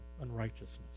unrighteousness